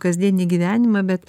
kasdieninį gyvenimą bet